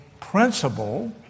principle